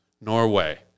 Norway